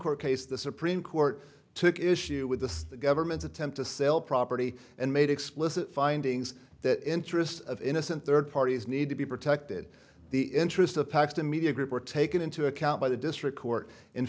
court case the supreme court took issue with the government's attempt to sell property and made explicit findings that interests of innocent third parties need to be protected the interests of pacs to media group were taken into account by the district court in